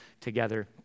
together